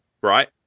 right